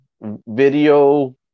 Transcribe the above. video